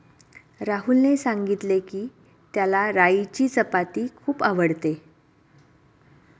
राहुलने सांगितले की, त्याला राईची चपाती खूप आवडते